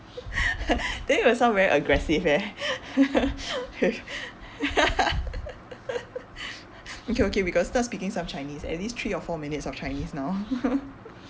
then we will sound very aggressive eh okay okay we got to start speaking some chinese at least three or four minutes of chinese now